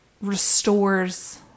restores